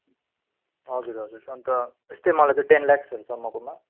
हजुर हजुर अन्त यस्तै मलाई चाहिँ टेन लाख्सहरूसम्मकोमा